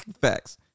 Facts